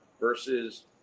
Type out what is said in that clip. versus